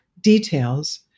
details